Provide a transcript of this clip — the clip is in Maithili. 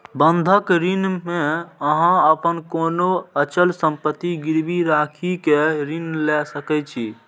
बंधक ऋण मे अहां अपन कोनो अचल संपत्ति गिरवी राखि कें ऋण लए सकै छी